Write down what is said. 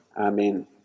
amen